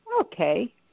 Okay